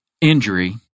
injury